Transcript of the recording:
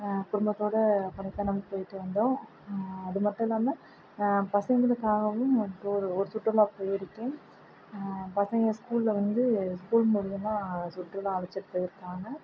குடும்பத்தோடு கொடைக்கானலுக்கு போயிட்டு வந்தோம் அது மட்டும் இல்லாமல் பசங்களுக்காகவும் இப்போ ஒரு ஒரு சுற்றுலா போயிருக்கேன் பசங்க ஸ்கூலில் வந்து ஸ்கூல் முடிஞ்சுன்னா சுற்றுலா அழைச்சிட்டு போயிருக்காங்க